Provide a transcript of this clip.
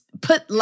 Put